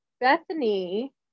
Bethany